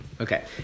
Okay